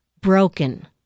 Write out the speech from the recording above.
broken